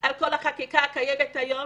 על כל החקיקה הקיימת היום,